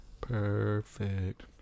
perfect